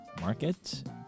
market